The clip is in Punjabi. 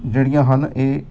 ਜਿਹੜੀਆਂ ਹਨ ਇਹ